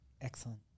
Excellent